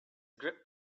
grip